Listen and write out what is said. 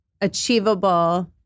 achievable